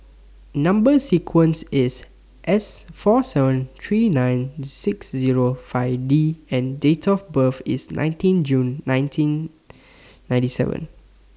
Number sequence IS S four seven three nine six Zero five D and Date of birth IS nineteen June nineteen ninety seven